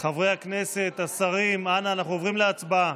חברי הכנסת, השרים, אנא, אנחנו עוברים להצבעה.